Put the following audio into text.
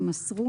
יימסרו,